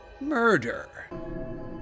murder